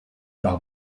par